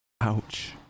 Ouch